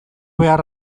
behar